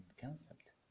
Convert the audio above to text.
concept